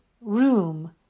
room